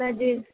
त जी